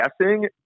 guessing